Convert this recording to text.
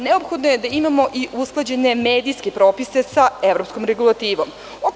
Neophodno je da imamo i usklađene medijske propise sa evropskom regulativnom.